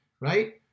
Right